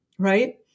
Right